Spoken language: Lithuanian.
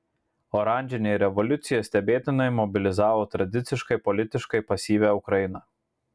oranžinė revoliucija stebėtinai mobilizavo tradiciškai politiškai pasyvią ukrainą